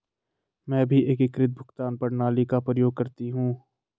मैं भी एकीकृत भुगतान प्रणाली का प्रयोग करती हूं